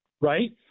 right